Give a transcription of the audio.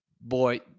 boy